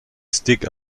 stick